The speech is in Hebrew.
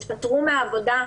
הם התפטרו מהעבודה,